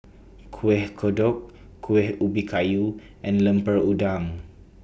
Kuih Kodok Kueh Ubi Kayu and Lemper Udang